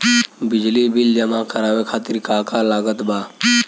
बिजली बिल जमा करावे खातिर का का लागत बा?